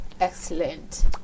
Excellent